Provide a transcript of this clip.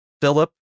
philip